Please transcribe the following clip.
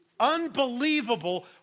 unbelievable